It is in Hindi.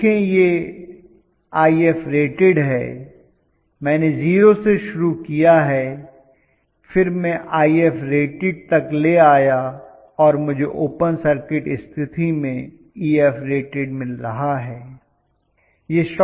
देखें यह Ifrated है मैंने 0 से शुरू किया है फिर मैं Ifrated तक ले आया और मुझे ओपन सर्किट स्थिति में Erated मिल रहा है